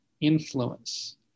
influence